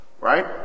right